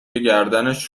گردنش